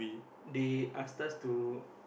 they asked us to